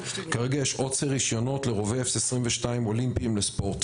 כרגע יש עוצר רישיונות לרובי F22 אולימפיים לספורט